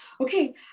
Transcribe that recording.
okay